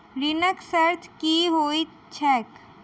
ऋणक शर्त की होइत छैक?